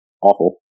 awful